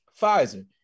Pfizer